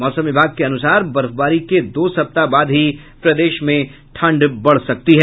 मौसम विभाग के अनुसार बर्फबारी के दो सप्ताह बाद ही प्रदेश में ठंड बढ़ सकती है